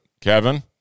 Kevin